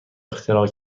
اختراع